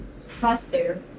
faster